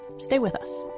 stay with us